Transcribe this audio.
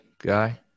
guy